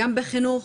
גם בחינוך,